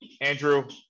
Andrew